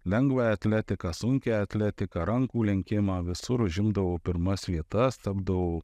lengvąją atletiką sunkiąją atletiką rankų lenkimą visur užimdavau pirmas vietas stabdau